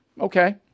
Okay